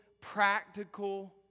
practical